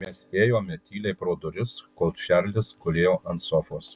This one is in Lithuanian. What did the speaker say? mes ėjome tyliai pro duris kol čarlis gulėjo ant sofos